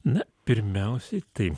na pirmiausiai tai